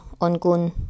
ongoing